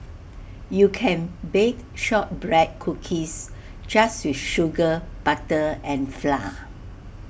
you can bake Shortbread Cookies just with sugar butter and flour